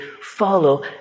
follow